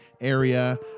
area